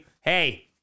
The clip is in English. hey